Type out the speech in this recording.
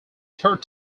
third